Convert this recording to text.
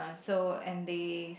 so and they